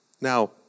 Now